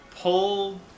pull